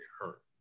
hurt